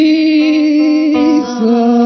Jesus